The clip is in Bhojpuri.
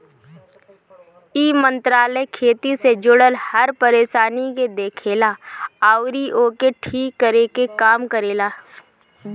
इ मंत्रालय खेती से जुड़ल हर परेशानी के देखेला अउरी ओके ठीक करे के काम करेला